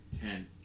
Ten